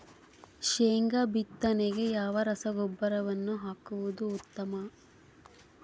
ಶೇಂಗಾ ಬಿತ್ತನೆಗೆ ಯಾವ ರಸಗೊಬ್ಬರವನ್ನು ಹಾಕುವುದು ಉತ್ತಮ?